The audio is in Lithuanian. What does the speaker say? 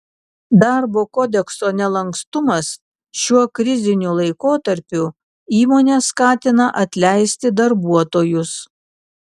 darbo kodekso nelankstumas šiuo kriziniu laikotarpiu įmones skatina atleisti darbuotojus